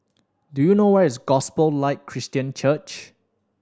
do you know where is Gospel Light Christian Church